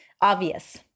obvious